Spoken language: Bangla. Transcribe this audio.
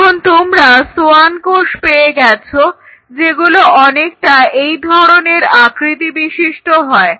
এখন তোমরা সোয়ান কোষ পেয়ে গেছো যেগুলো অনেকটা এই ধরনের আকৃতি বিশিষ্ট হয়